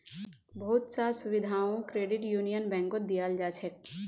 बहुत स सुविधाओ क्रेडिट यूनियन बैंकत दीयाल जा छेक